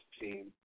team